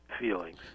feelings